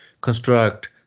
construct